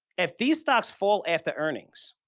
if these stocks fall after earnings,